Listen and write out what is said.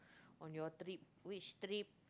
on your trip which trip